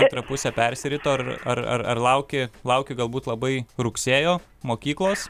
antrą pusę persirito ar ar ar lauki lauki galbūt labai rugsėjo mokyklos